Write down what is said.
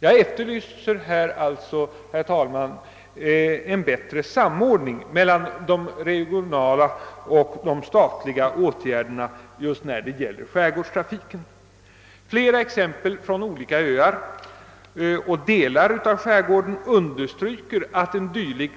Jag efterlyser alltså här, herr talman, en bättre samordning mellan de regionala och de statliga åtgärderna just när det gäller skärgårdstrafiken. Flera exempel från olika öar och delar av skärgården understryker att en dylik